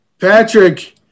Patrick